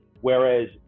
whereas